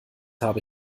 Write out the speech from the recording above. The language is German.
habe